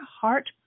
heart